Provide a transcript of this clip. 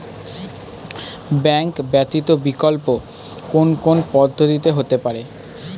Bank ব্যতীত বিকল্প কোন কোন পদ্ধতিতে হতে পারে?